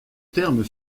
terme